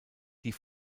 die